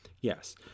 Yes